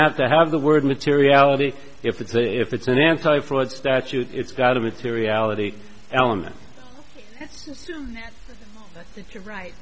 have to have the word materiality if it if it's an anti fraud statute it's got a materiality element right